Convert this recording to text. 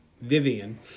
Vivian